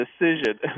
decision